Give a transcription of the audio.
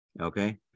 Okay